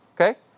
Okay